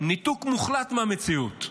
ניתוק מוחלט מהמציאות.